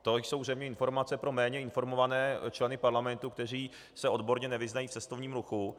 To jsou zřejmě informace pro méně informované členy parlamentu, kteří se odborně nevyznají v cestovním ruchu.